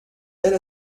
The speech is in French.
elle